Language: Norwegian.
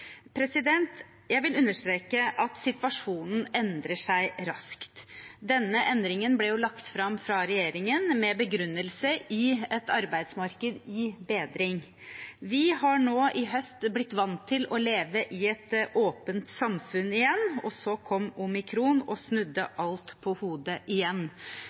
Jeg vil understreke at situasjonen endrer seg raskt. Denne endringen ble lagt fram fra regjeringen med begrunnelse i et arbeidsmarked i bedring. Vi har nå i høst blitt vant til å leve i et åpent samfunn igjen, og så kom omikron og snudde alt på hodet igjen.